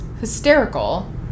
hysterical